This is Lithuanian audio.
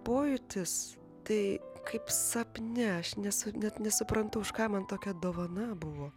pojūtis tai kaip sapne aš nesu net nesuprantu už ką man tokia dovana buvo